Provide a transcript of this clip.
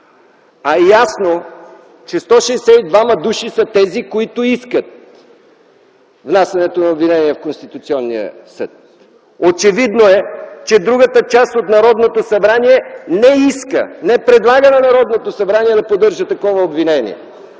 е ясно, че 162 души са тези, които искат внасянето на обвинение в Конституционния съд. Очевидно е, че другата част от Народното събрание не иска, не предлага на Народното събрание да поддържа такова обвинение.